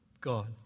God